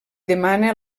demana